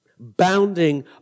bounding